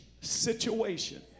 situation